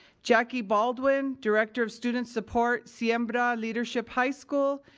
jaqi baldwin, director of student support, siembra leadership high school.